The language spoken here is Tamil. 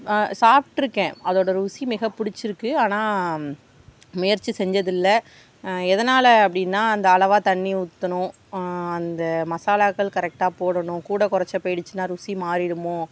சாப்பிட்ருக்கேன் அதோட ருசி மிக பிடிச்சிருக்கு ஆனால் முயற்சி செஞ்சதில்லை எதனால் அப்படினா அந்த அளவாக தண்ணி ஊற்றணும் அந்த மசாலாக்கள் கரக்டாக போடணும் கூட குறச்ச போய்டுச்சின்னா ருசி மாறிவிடுமோ